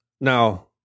Now